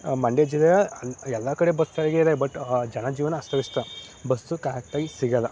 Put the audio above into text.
ಮಂಡ್ಯ ಜಿಲ್ಲೆಯ ಎಲ್ಲ ಕಡೆ ಬಸ್ ಸಾರಿಗೆ ಇದೆ ಬಟ್ ಜನ ಜೀವನ ಅಸ್ತವ್ಯಸ್ತ ಬಸ್ಸು ಕರೆಕ್ಟಾಗಿ ಸಿಗಲ್ಲ